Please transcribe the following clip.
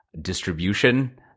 distribution